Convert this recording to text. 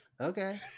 okay